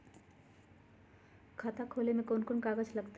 खाता खोले ले कौन कौन कागज लगतै?